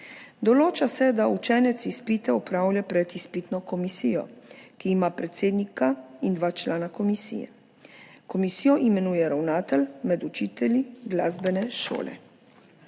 Določa se, da učenec izpite opravlja pred izpitno komisijo, ki ima predsednika in dva člana komisije. Komisijo imenuje ravnatelj med učitelji glasbene šole.